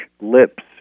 lips